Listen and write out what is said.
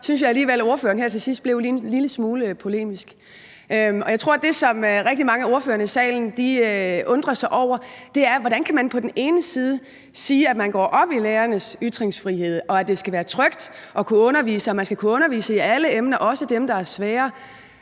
synes jeg alligevel, at ordføreren her til sidst blev en lille smule polemisk. Jeg tror, at det, som rigtig mange af ordførerne i salen undrer sig over, er, hvordan man på den ene side kan sige, at man går op i lærernes ytringsfrihed og i, at det skal være trygt at kunne undervise og lærerne skal kunne undervise i alle emner, også dem, der er svære,